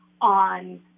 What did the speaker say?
on